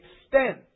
extent